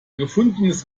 gefundenes